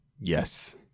Yes